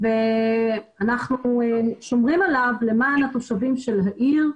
אנחנו שומרים עליו למען התושבים של העיר,